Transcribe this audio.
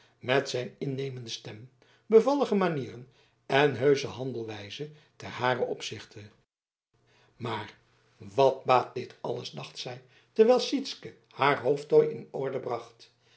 met zijn innemende stem bevallige manieren en heusche handelwijze ten haren opzichte maar wat baat dit alles dacht zij terwijl sytsken haar hoofdtooi in orde bracht